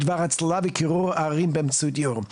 בדבר הצללה וקירור הערים באמצעות ייעור.